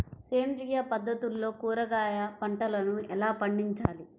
సేంద్రియ పద్ధతుల్లో కూరగాయ పంటలను ఎలా పండించాలి?